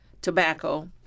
tobacco